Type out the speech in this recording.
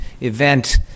event